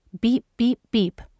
beep-beep-beep